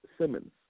Simmons